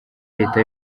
leta